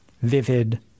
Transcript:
vivid